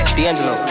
D'Angelo